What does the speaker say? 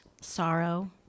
sorrow